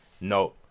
No